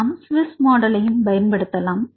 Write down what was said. நாம் ஸ்வீஸ் மாடலையும் பயன்படுத்தலாம்